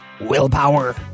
willpower